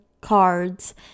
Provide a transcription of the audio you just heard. cards